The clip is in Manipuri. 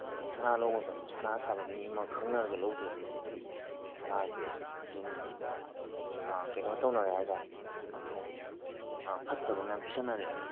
ꯑꯗꯨꯒ ꯁꯅꯥ ꯂꯧꯕ ꯃꯇꯝꯗ ꯁꯅꯥ ꯁꯥꯕ ꯃꯤ ꯑꯃ ꯈꯪꯅꯔꯒ ꯂꯧꯗ꯭ꯔꯗꯤ ꯍꯧꯖꯤꯛꯇꯤ ꯁꯅꯥꯁꯦ ꯑꯗꯨꯝ ꯀꯩꯅꯣ ꯇꯧꯅꯔꯦ ꯍꯥꯏ ꯇꯥꯔꯦ ꯍꯥꯏꯗꯤ ꯐꯠꯇꯕ ꯃꯌꯥꯝ ꯄꯤꯁꯤꯟꯅꯔꯛꯑꯦꯕ